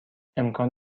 امکان